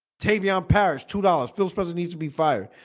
tavian perish two dollars phil's present needs to be fired.